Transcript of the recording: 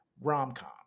rom-com